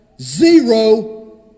zero